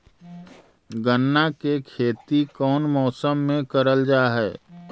गन्ना के खेती कोउन मौसम मे करल जा हई?